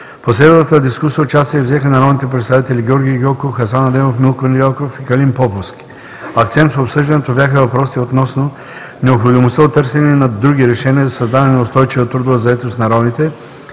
последвалата дискусия участие взеха народните представители Георги Гьоков, Хасан Адемов, Милко Недялков и Калин Поповски. Акцент в обсъждането бяха въпросите относно необходимостта от търсене на други решения за създаване на устойчива трудова заетост на ромите;